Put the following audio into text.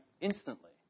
instantly